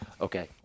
Okay